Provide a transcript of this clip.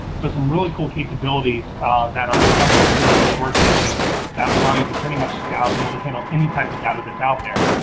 so some really cool capabilities that are upcoming within the sift workstation that allow you to pretty much ah be able to handle any type of data that's out there.